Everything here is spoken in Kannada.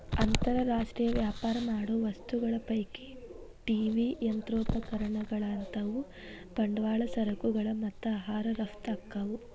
ಅಂತರ್ ರಾಷ್ಟ್ರೇಯ ವ್ಯಾಪಾರ ಮಾಡೋ ವಸ್ತುಗಳ ಪೈಕಿ ಟಿ.ವಿ ಯಂತ್ರೋಪಕರಣಗಳಂತಾವು ಬಂಡವಾಳ ಸರಕುಗಳು ಮತ್ತ ಆಹಾರ ರಫ್ತ ಆಕ್ಕಾವು